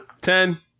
Ten